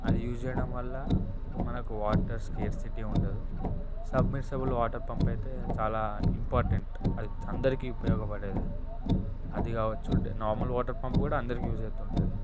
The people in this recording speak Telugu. అది యూజ్ చెయ్యడం వల్ల మనకు వాటర్ స్కేర్సిటీ ఉండదు సబ్మిర్సబుల్ వాటర్ పంపైతే చాలా ఇంపార్టెంట్ అందరికి ఉపయోగపడేది అది కావొచ్చు నార్మల్ వాటర్ పంప్ కూడా అందరికి యూజ్ అవుతూ ఉంటుంది